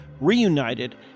reunited